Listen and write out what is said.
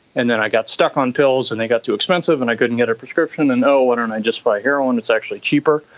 and then i got stuck on pills and they got too expensive and i couldn't get a prescription and, oh, why don't i just buy heroin, it's actually cheaper.